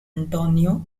antonio